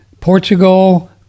portugal